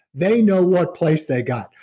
they know what place they got,